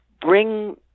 bring